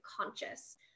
conscious